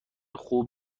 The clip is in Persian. خوب